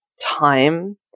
time